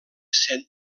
saint